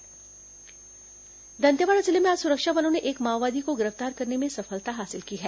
माओवादी गिरफ्तार दंतेवाड़ा जिले में आज सुरक्षा बलों ने एक माओवादी को गिरफ्तार करने में सफलता हासिल की है